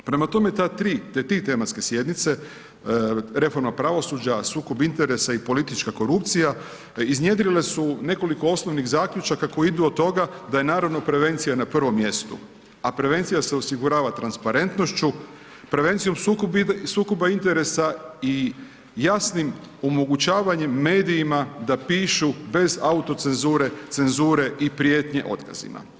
Prema tome, te tri tematske sjednice, reforma pravosuđa, sukob interesa i politička korupcija, iznjedrile su nekoliko osnovnih zaključaka koji idu od toga da je naravno prevencija na prvom mjestu. a prevencija se osigurava transparentnošću, prevencijom sukoba interesa i jasnim omogućavanjem medijima da pišu bez autocenzure, cenzure i prijetnje otkazima.